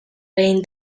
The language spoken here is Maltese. lejn